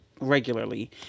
regularly